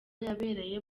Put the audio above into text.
yabereye